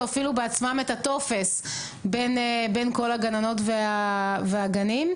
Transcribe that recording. אפילו בעצמם את הטופס בין כל הגננות והגנים.